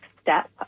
Step